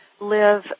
live